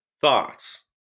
thoughts